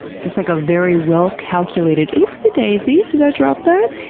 so like a very well calculated oopsie-daisy, did i drop that?